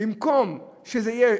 במקום שזה יהיה